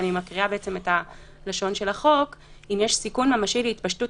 ואני מקריאה את לשון החוק: "אם יש סיכון ממשי להתפשטות